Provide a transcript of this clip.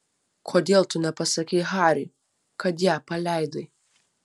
kodėl tu nepasakei hariui kad ją paleidai